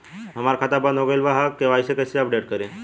हमार खाता बंद हो गईल ह के.वाइ.सी अपडेट करे के बा?